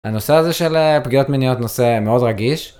הנושא הזה של פגיעות מיניות - נושא מאוד רגיש.